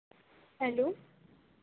hello